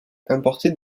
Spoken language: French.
importés